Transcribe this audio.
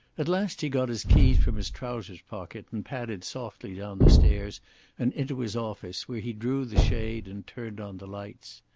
at last he got his keys from his trousers pocket and padded softly down the stairs and into his office, where he drew the shade and turned on the lights.